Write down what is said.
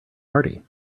party